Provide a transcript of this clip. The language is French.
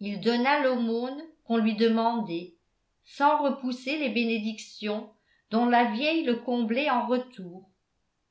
il donna l'aumône qu'on lui demandait sans repousser les bénédictions dont la vieille le comblait en retour